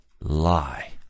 lie